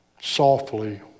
softly